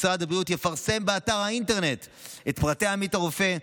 משרד הבריאות יפרסם באתר האינטרנט את פרטי עמית הרופא,